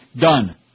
Done